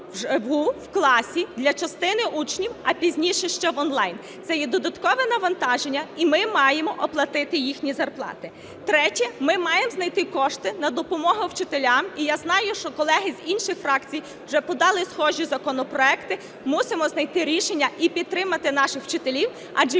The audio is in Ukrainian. в класі для частини учнів, а пізніше – ще в онлайн. Це є додаткове навантаження, і ми маємо оплатити їхні зарплати. Третє. Ми маємо знайти кошти на допомогу вчителям. І я знаю, що колеги з інших фракцій вже подали схожі законопроекти. Мусимо знайти рішення і підтримати наших вчителів, адже